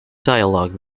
dialogue